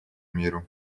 миру